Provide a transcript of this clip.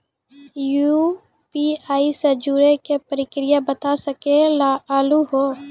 UPI से जुड़े के प्रक्रिया बता सके आलू है?